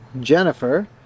Jennifer